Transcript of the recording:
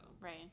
Right